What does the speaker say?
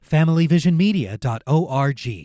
familyvisionmedia.org